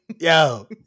Yo